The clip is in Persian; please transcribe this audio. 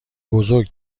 بزرگ